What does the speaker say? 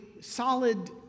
solid